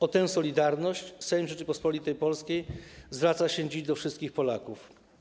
O tę solidarność Sejm Rzeczypospolitej Polskiej zwraca się dziś do wszystkich Polaków”